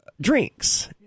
drinks